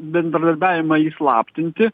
bendradarbiavimą įslaptinti